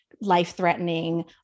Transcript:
life-threatening